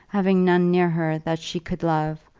having none near her that she could love,